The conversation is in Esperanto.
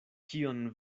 kion